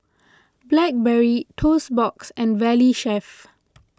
Blackberry Toast Box and Valley Chef